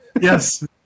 Yes